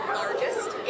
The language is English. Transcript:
largest